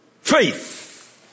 faith